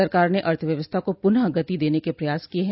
सरकार ने अर्थव्यवस्था को पुनः गति देने के प्रयास किये हैं